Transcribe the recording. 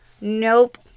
nope